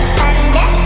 thunder